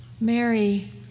Mary